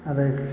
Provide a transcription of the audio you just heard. आरो